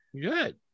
Good